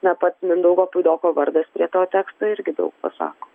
na pats mindaugo puidoko vardas prie to teksto irgi daug pasako